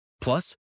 Plus